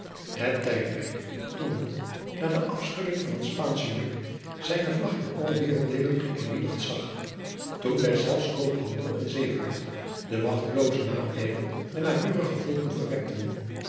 het tijdperk toen het na de afschudding van het spaansche juk zijne vlag in alle werelddeelen geëerbiedigd zag toen deszelfs koophandel en zeevaart den magteloozen naijver der naburige volken verwekten